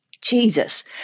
Jesus